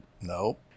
Nope